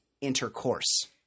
intercourse